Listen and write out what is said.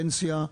פנסיה,